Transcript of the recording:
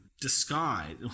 disguise